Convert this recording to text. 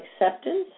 acceptance